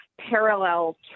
parallel